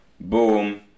Boom